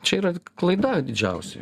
čia yra klaida didžiausia